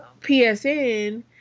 PSN